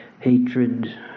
hatred